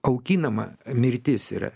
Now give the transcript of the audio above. auginama mirtis yra